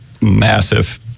massive